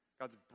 God's